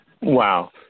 Wow